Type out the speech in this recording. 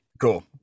Cool